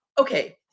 okay